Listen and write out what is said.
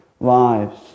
Lives